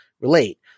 relate